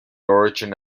origin